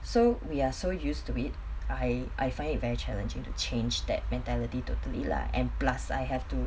so we are so used to it I I find it very challenging to change that mentality totally lah and plus I have to